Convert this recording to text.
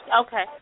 Okay